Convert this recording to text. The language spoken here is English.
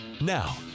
Now